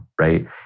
right